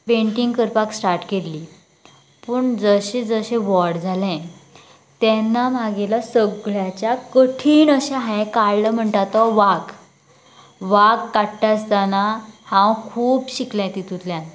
painting करपाक start केल्ली पूण जशें जशें व्होड जाले तेन्ना म्हागेलो सगळ्याच्या कठीण अशें हाये काडलो म्हणटा तो वाग वाग काडटा आसतना हांव खूब शिकले तेतूंतल्यान